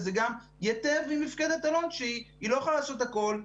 וזה גם ייטב עם מפקדת אלון, שלא יכולה לעשות הכול.